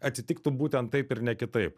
atitiktų būtent taip ir ne kitaip